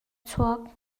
chuak